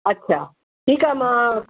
अछा ठीकु आहे मां